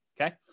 okay